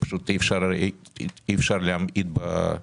פשוט אי אפשר להמעיט בערכו.